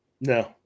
No